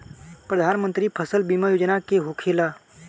प्रधानमंत्री फसल बीमा योजना का होखेला?